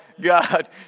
God